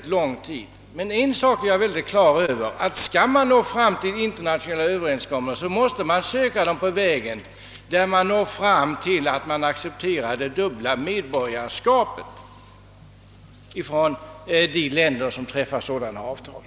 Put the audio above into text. En sak är jag emellertid helt på det klara med, nämligen att det krävs, för att man skall nå fram till internationella överenskommelser, att man söker gå motparten till mötes på halva vägen. Där kan man nå fram till en lösning genom att acceptera det dubbla medborgarskapet, dvs. medborgarskap i Sverige och i de länder med vilka man träffar sådana avtal.